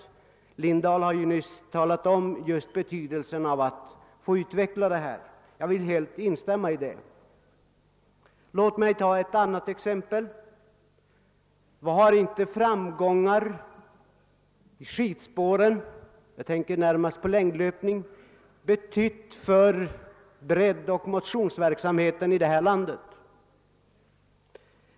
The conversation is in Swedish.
Herr Lindahl har ju nyss talat om just betydelsen av att utveckla detta, och jag vill helt instämma däri. Låt mig nämna ytterligare ett exempel. Vad har inte framgångarna i skidspåret — jag tänker närmast på längdlöpning — betytt för breddoch motionsverksamheten i landet?